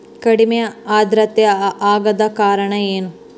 ಕಡಿಮೆ ಆಂದ್ರತೆ ಆಗಕ ಕಾರಣ ಏನು?